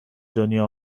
دنیا